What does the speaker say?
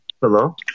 Hello